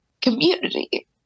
community